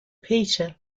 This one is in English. peter